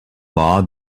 law